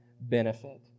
benefit